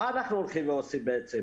מה אנחנו הולכים להוסיף בעצם?